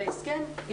בהסכם שנקבע,